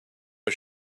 are